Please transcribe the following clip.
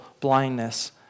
blindness